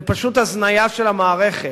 זה פשוט הזניה של המערכת,